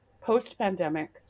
post-pandemic